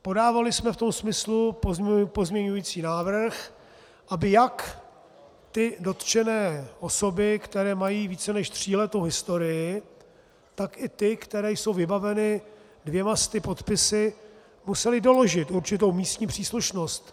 Podávali jsme v tom smyslu pozměňovací návrh, aby jak ty dotčené osoby, které mají více než tříletou historii, tak i ty, které jsou vybaveny dvěma sty podpisy, musely doložit určitou místní příslušnost.